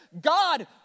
God